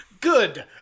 Good